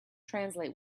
translate